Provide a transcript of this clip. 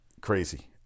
crazy